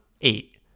eight